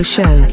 Show